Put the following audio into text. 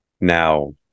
now